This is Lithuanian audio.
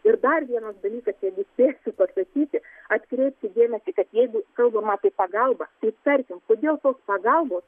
ir dar vienas dalykas jeigu spėsiu pasakyti atkreipkit dėmesį kad jeigu kalbama apie pagalbą tai tarkim kodėl tos pagalbos